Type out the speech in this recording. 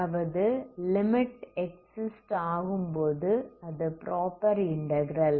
அதாவது limit exist ஆகும்போது அது ப்ராப்பர் இன்டகிரல்